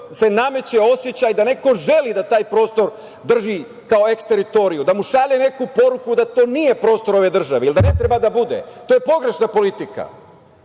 Nameće se osećaj da neko želi da taj prostor drži kao eks teritoriju, da mu šalje neku poruku da to nije prostor ove države i da ne treba da bude. To je pogrešna politika. Ova